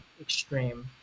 extreme